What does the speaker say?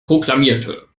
proklamierte